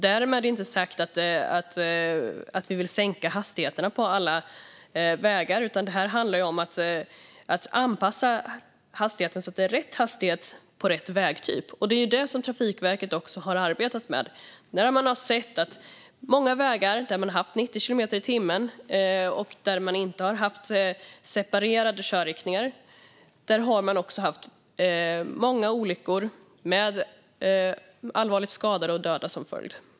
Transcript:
Därmed inte sagt att vi vill sänka hastigheterna på alla vägar, utan det handlar om att anpassa hastigheten så att det är rätt hastighet på rätt vägtyp. Det är det som Trafikverket har arbetat med när man har sett att det på många vägar där det har varit 90 kilometer i timmen och där man inte har haft separerade körriktningar också har skett många olyckor med allvarligt skadade och dödade som följd.